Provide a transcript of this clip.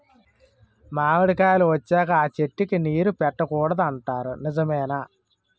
మామిడికాయలు వచ్చాక అ చెట్టుకి నీరు పెట్టకూడదు అంటారు నిజమేనా?